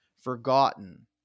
forgotten